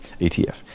ETF